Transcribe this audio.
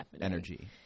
energy